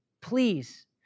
Please